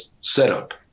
setup